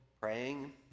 praying